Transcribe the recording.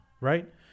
Right